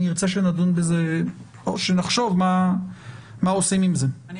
אני ארצה שנדון בזה או שנחשוב מה עושים עם זה,